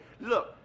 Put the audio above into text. Look